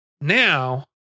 now